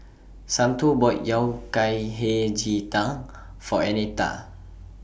Santo bought Yao Cai Hei Ji Tang For Annetta